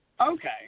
Okay